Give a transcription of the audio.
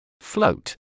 Float